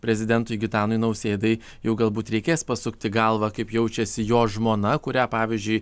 prezidentui gitanui nausėdai jau galbūt reikės pasukti galvą kaip jaučiasi jo žmona kurią pavyzdžiui